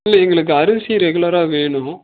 இல்லை எங்களுக்கு அரிசி ரெகுலராக வேணும்